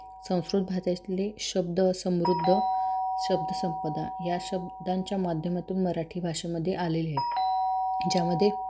संस्कृत भाषेतले शब्द समृद्ध शब्द संपदा या शब्दांच्या माध्यमातून मराठी भाषेमध्ये आलेले आहेत ज्यामध्ये